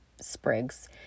sprigs